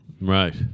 Right